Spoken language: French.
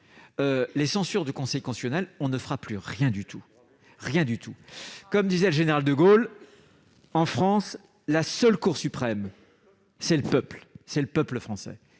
les censures du Conseil constitutionnel, on ne fera plus rien du tout. Comme disait le général de Gaulle, en France, la seule Cour suprême, c'est le peuple français.